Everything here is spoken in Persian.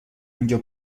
اینجا